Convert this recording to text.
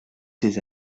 ces